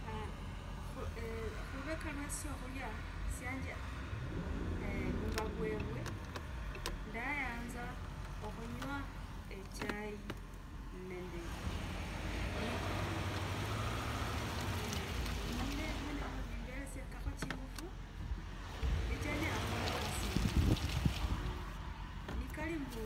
khulveeka iwe syakhulia syanje eeh muvauwevwe, ndayanza ekhunywa echai nende likomia. manyie vyinevyo vine vimberesiangakho chingufu vicha nyola khukhola ekasi yo mukunda. Ne kali mbu,